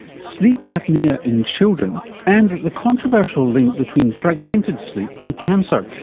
sleep apnoea in children and the controversial link between fragmented sleep and cancer,